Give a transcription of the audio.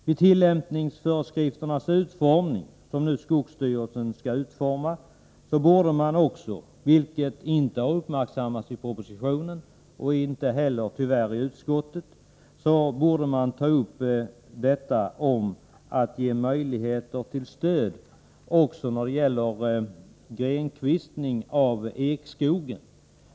När skogsstyrelsen nu skall utforma tillämpningsföreskrifterna borde man också — vilket inte har uppmärksammats i propositionen och tyvärr inte heller av utskottet — ta upp frågan om att ge möjligheter till stöd när det gäller grenkvistning av ekskog.